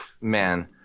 Man